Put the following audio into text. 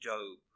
Job